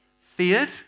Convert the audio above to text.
Feared